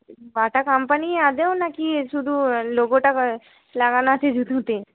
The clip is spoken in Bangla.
বাটা কাম্পানি আদৌ না কি শুধু লোগোটা লাগানো আছে জুতোতে